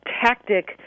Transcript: tactic